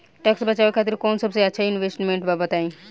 Tax बचावे खातिर कऊन सबसे अच्छा इन्वेस्टमेंट बा बताई?